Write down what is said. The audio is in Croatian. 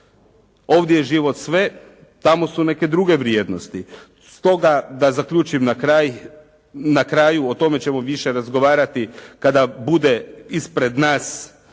Ovdje je život sve. Tamo su neke druge vrijednosti. Stoga da zaključim na kraju, o tome ćemo više razgovarati kada bude ispred nas